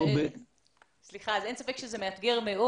מאתגר.